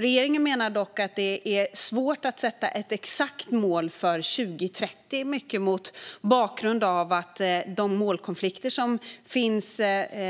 Regeringen menar dock att det är svårt att sätta ett exakt mål för 2030, mycket mot bakgrund av att de målkonflikter som finns